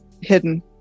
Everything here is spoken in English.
hidden